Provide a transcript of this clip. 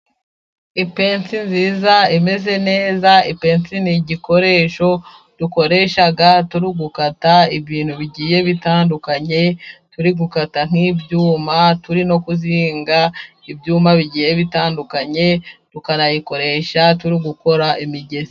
Ipensi nziza imeze neza. Ipensi ni igikoresho dukoresha turi gukata ibintu bigiye bitandukanye, turi gukata nk'ibyuma turi no kuzinga ibyuma bigiye bitandukanye, tukanayikoresha turi gukora imigezi.